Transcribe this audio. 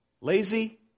Lazy